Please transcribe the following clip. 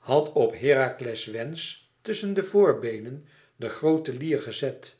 had op herakles wensch tusschen de voorbeen en de groote lier gezet